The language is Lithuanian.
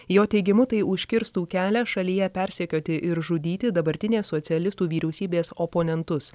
jo teigimu tai užkirstų kelią šalyje persekioti ir žudyti dabartinės socialistų vyriausybės oponentus